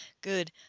Good